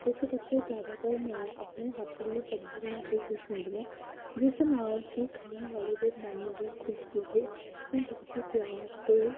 ਇਸ ਕਰਕੇ ਜ਼ਿਆਦਾਤਰ ਮੈਂ ਆਪਣੇ ਹੱਥ ਦੀ ਸਬਜ਼ੀ ਬਣਾ ਕੇ ਖੁਸ਼ ਹੁੰਦੀ ਹਾਂ ਜਿਸ ਨਾਲ ਕਿ ਖਾਣ ਵਾਲੇ ਦੇ ਮਨ ਨੂੰ ਵੀ ਖੁਸ਼ੀ ਲੱਗੇ ਮੈਂ ਬਹੁਤ ਹੀ ਪਿਆਰ ਅਤੇ